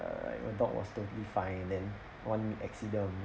err you know dog was totally fine then one accident